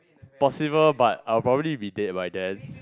possible but I will probably be dead by then